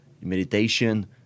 meditation